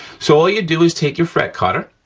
so all you do is take your fret cutter,